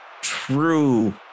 true